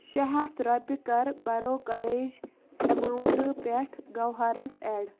شےٚ ہَتھ رۄپیہِ کَر بروکرٕچ اٮ۪ماوُنٛٹ پٮ۪ٹھ گَوہرَس اٮ۪ڈ